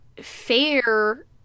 Fair